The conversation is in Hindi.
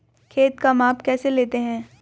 खेत का माप कैसे लेते हैं?